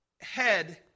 head